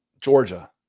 Georgia